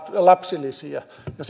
lapsilisiä ja